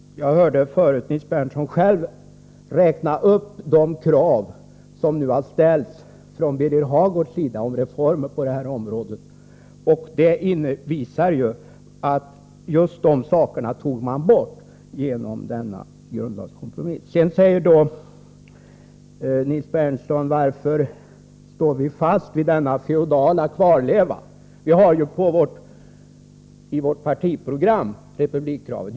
Nils Berndtson räknade upp de krav som nu har ställts av Birger Hagård om reformer på detta område. Det gäller just sådana uppgifter som togs bort genom denna grundlagskompromiss. Sedan frågade Nils Berndtson varför vi står fast vid denna feodala kvarleva, när vi på vårt partiprogram har republikkravet.